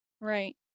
right